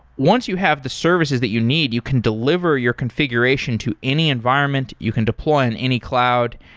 once you have the services that you need, you can delivery your configuration to any environment, you can deploy on any cloud,